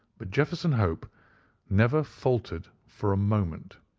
but jefferson hope never faltered for a moment.